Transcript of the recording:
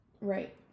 Right